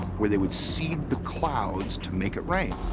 where they would seed the clouds to make it rain.